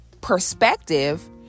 perspective